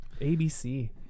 ABC